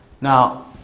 now